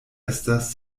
estas